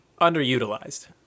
underutilized